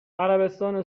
عربستان